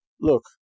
Look